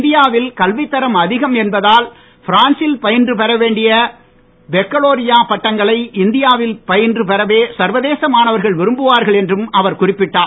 India வில் கல்வித் தரம் அதிகம் என்பதால் பிரான்சில் பயின்று பெறவேண்டிய பெக்கலோரியா பட்டங்களை இந்தியா வில் பயின்று பெறவே சர்வதேச மாணவர்கள் விரும்புவார்கள் என்றும் அவர் குறிப்பிட்டார்